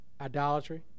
idolatry